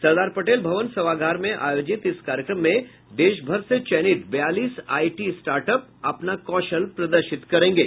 सरदार पटेल भवन सभागार में आयोजित इस कार्यक्रम में देशभर से चयनित बयालीस आईटी स्टार्टअप अपना कौशल प्रदर्शित करेंगे